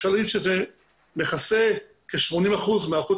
אפשר לומר שזה מכסה כ-80 אחוזים מהיערכות